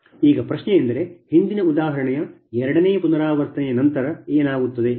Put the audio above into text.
ಈಗ ಪ್ರಶ್ನೆಯೆಂದರೆ ಹಿಂದಿನ ಉದಾಹರಣೆಯ ಎರಡನೇ ಪುನರಾವರ್ತನೆಯ ನಂತರ ಏನಾಗುತ್ತದೆ ಎಂದು